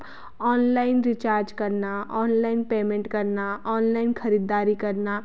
online recharge करना online payment करना online खरीदारी करना